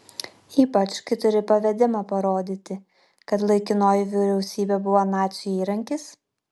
ypač kai turi pavedimą parodyti kad laikinoji vyriausybė buvo nacių įrankis